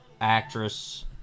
actress